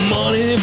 Money